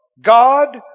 God